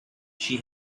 she